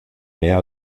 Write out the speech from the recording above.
mehr